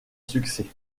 succès